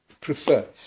Prefer